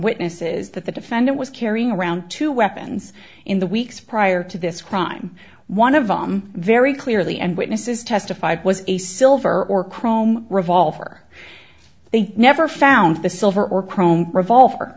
witnesses that the defendant was carrying around two weapons in the weeks prior to this crime one of om very clearly and witnesses testified was a silver or chrome revolver they never found the silver or chrome revolver